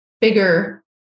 bigger